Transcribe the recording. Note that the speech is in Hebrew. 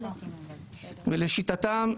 לשיטתם,